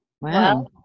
wow